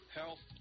health